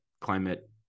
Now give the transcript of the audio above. climate